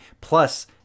Plus